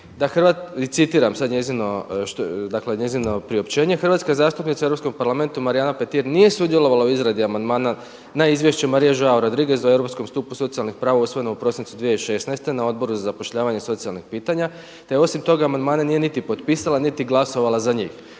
kaže da, i citiram sad njezino priopćenje „Hrvatska je zastupnica u Europskom parlamentu Marijana Petir nije sudjelovala u izradi amandmana na izvješće Marie Joao Rodrigues o europskom stupnju socijalnih prava usvojeno u prosincu 2016. na Odboru za zapošljavanje i socijalna pitanja te osim toga amandmane nije niti potpisala, niti glasovala za njih.“